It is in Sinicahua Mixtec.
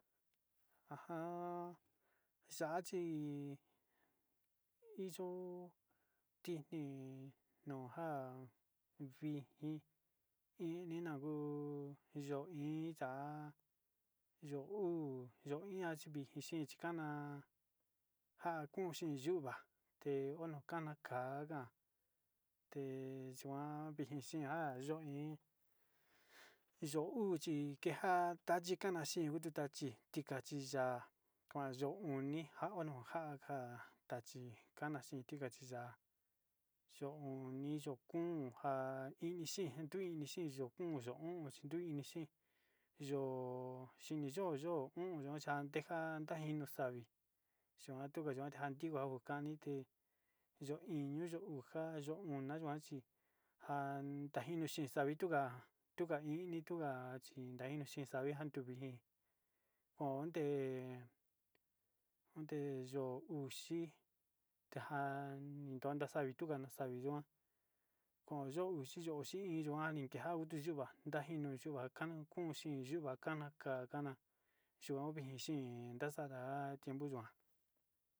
Ajan ya'á chi iyo tuixni nujan vitni ina nguu no hi ya'á yo'o uu yo'o iha kuu vixhi kana njan kon xhi yuá, te'e kokana kánga teyuan vixi xinga yo'o iin yo'o uu chikana xhin uu tuta chí ticachi ya'a, kuan yo'ó oni njano nja'a tachi kanja xhin ticachi iha yo'o oni yo'o konja ixii yo'o oni to'o kon yua, yo'o o'on chi kuu ini xii yo'o xhini yo'o yo yo'o tandija xua ino savi yuu antinguo antigua kujan anite yo'o iño yo'o uja yo'o ona yuan chí an tajinio chi xavituja tuka ini tuka chí inda ini ita uxa xuu iin tajan tuja na'a savi tuja na'a savi uu yo'o kon yuu oxi iin yo'o jan kutia tixuva iin yo'o xii o'on xii yuan kana nja kana xhuon vexi xii taxada ha tiempo yuan.